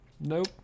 Nope